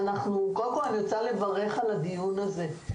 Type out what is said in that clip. קודם כל, אני רוצה לברך על הדיון הזה.